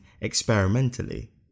experimentally